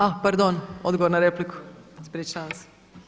A pardon, odgovor na repliku, ispričavam se.